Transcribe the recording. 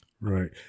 Right